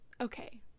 Okay